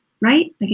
right